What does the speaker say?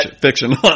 fiction